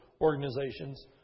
organizations